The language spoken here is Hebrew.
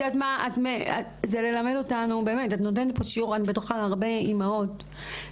את נותנת פה שיעור להרבה אימהות,